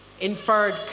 inferred